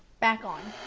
back on.